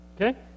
Okay